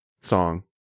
song